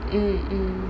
mm mm